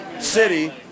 City